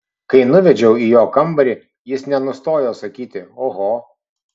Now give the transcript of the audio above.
kai nuvedžiau į jo kambarį jis nenustojo sakyti oho